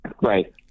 Right